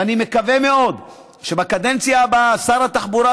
ואני מקווה מאוד שבקדנציה הבאה שר התחבורה,